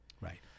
Right